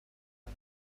کنه